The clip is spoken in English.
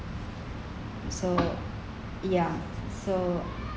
so ya so